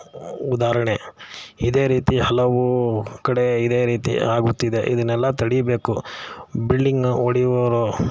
ಉದಾಹರ್ಣೆ ಇದೇ ರೀತಿ ಹಲವು ಕಡೆ ಇದೇ ರೀತಿ ಆಗುತ್ತಿದೆ ಇದನ್ನೆಲ್ಲ ತಡಿಬೇಕು ಬಿಲ್ಡಿಂಗನ್ನು ಒಡೆಯುವವರು